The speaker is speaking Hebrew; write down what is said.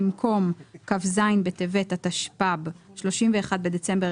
במקום "כ"ז בטבת התשפ"ב (31 בדצמבר